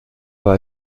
war